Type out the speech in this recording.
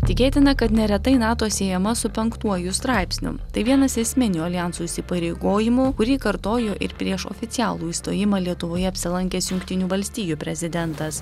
tikėtina kad neretai nato siejama su penktuoju straipsniu tai vienas esminių aljanso įsipareigojimų kurį kartojo ir prieš oficialų įstojimą lietuvoje apsilankęs jungtinių valstijų prezidentas